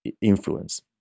influence